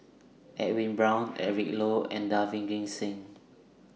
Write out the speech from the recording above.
Edwin Brown Eric Low and Davinder Singh